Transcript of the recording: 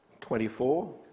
24